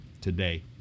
today